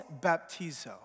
baptizo